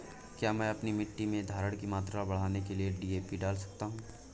क्या मैं अपनी मिट्टी में धारण की मात्रा बढ़ाने के लिए डी.ए.पी डाल सकता हूँ?